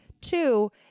Two